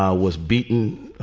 ah was beaten